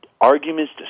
arguments